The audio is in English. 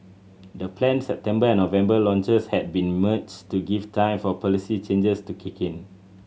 the planned September and November launches had been merged to give time for policy changes to kick in